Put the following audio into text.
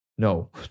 No